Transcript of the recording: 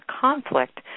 conflict